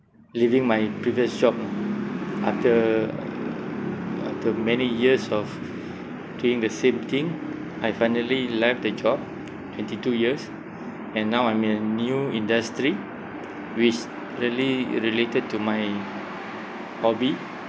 leaving my previous job ah after after many years of doing the same thing I finally left the job twenty two years and now I'm in new industry which really related to my hobby